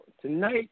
Tonight